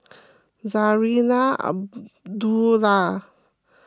Zarinah Abdullah